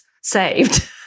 saved